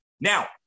Now